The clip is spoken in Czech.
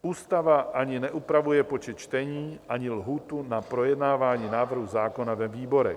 Ústava ani neupravuje počet čtení ani lhůtu na projednávání návrhu zákona ve výborech.